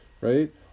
Right